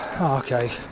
okay